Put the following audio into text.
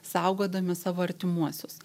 saugodami savo artimuosius